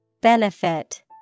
Benefit